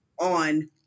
on